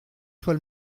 soit